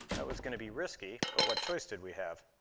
that was going to be risky, but what choice did we have?